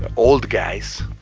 old guys,